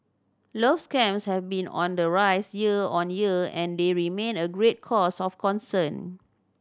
love scams have been on the rise year on year and they remain a great cause of concern